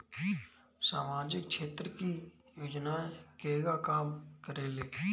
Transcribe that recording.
सामाजिक क्षेत्र की योजनाएं केगा काम करेले?